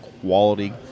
quality